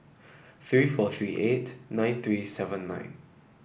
three four three eight nine three seven nine